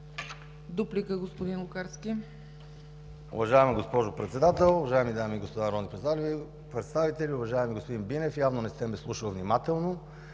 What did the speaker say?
Дуплика, господин Лукарски.